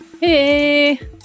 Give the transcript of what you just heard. Hey